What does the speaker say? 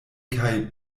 kaj